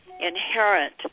inherent